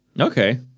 Okay